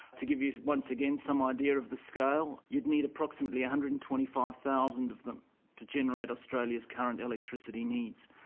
to give you once again some idea of the scale you'd need approximately one ah hundred and twenty five thousand of them to generate australia's current electricity needs.